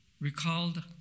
recalled